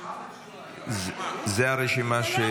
זו לא הרשימה.